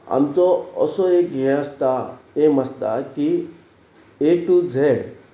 आमचो असो एक हे आसता एम आसता की ए टू झेड